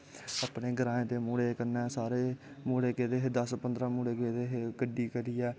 अपनें ग्राएं दे मुड़ें कन्नै सारे मुड़े गेदे हे दस पंदरां मुड़े गेदे हे गड्डी करियै